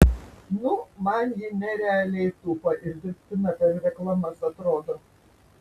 nu man ji nerealiai tupa ir dirbtina per reklamas atrodo